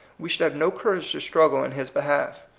we should have no courage to struggle in his behalf.